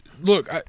look